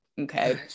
Okay